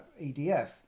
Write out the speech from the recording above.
edf